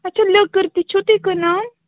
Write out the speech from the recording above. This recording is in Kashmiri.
اَچھا لٔکٕر تہِ چھُو تُہۍ کٕنان